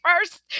first